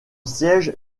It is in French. siège